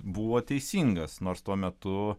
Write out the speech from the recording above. buvo teisingas nors tuo metu